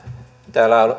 täällä